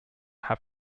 have